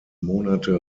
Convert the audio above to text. monate